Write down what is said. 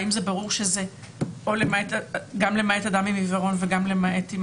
האם ברור שזה גם למעט אדם עם עיוורון וגם למעט "אם